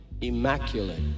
immaculate